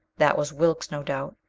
that was wilks, no doubt.